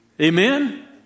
Amen